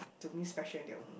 to me special their own